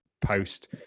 post